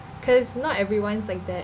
cause not everyone's like that